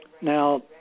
Now